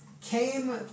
came